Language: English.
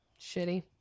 Shitty